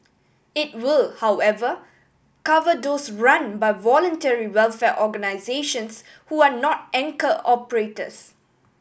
it will however cover those run by voluntary welfare organisations who are not anchor operators